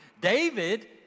David